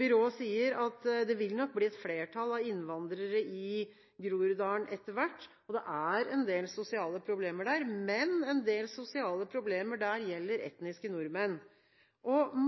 Byrået sier at det nok vil bli et flertall av innvandrere i Groruddalen etter hvert. Det er en del sosiale problemer der, men en del sosiale problemer gjelder etniske nordmenn.